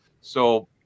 So-